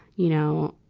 you know,